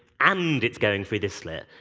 and it's going through this slit.